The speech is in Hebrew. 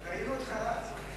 ראינו אותך רץ.